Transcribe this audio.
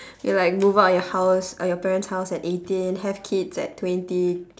you like move out of your house or your parents' house at eighteen have kids at twenty